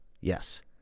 Yes